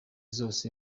zose